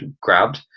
grabbed